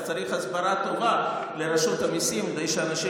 אז צריך הסברה טובה לרשות המיסים כדי שאנשים